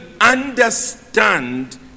understand